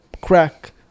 crack